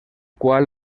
qual